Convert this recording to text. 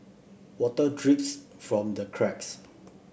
water drips from the cracks